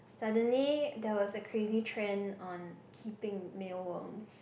suddenly there was a crazy trend on keeping mealworms